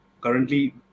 currently